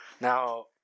Now